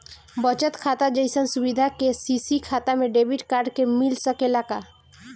बचत खाता जइसन सुविधा के.सी.सी खाता में डेबिट कार्ड के मिल सकेला का?